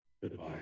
goodbye